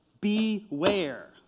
beware